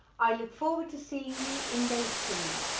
i look forward to seeing you in day three.